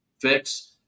fix